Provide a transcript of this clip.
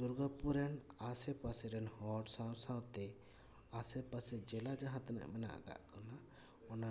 ᱫᱩᱨᱜᱟᱯᱩᱨ ᱨᱮᱱ ᱟᱥᱮ ᱯᱟᱥᱮᱨᱮᱱ ᱦᱚᱲ ᱥᱟᱶ ᱥᱟᱶᱛᱮ ᱟᱥᱮ ᱯᱟᱥᱮ ᱡᱮᱞᱟ ᱡᱟᱦᱟᱸ ᱛᱤᱱᱟᱹᱜ ᱢᱮᱱᱟᱜ ᱟᱠᱟᱫ ᱵᱚᱱᱟ ᱚᱱᱟ